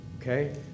Okay